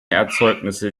erzeugnisse